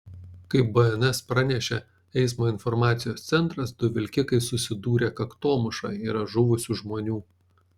kaip bns pranešė eismo informacijos centras du vilkikai susidūrė kaktomuša yra žuvusių žmonių